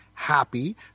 happy